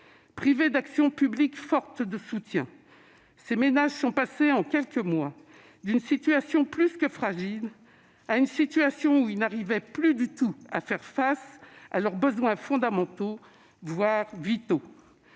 Privés d'actions publiques fortes de soutien, ces ménages sont passés en quelques mois d'une situation plus que fragile à une situation dans laquelle ils ne parvenaient plus du tout à faire face à leurs besoins fondamentaux, voire vitaux.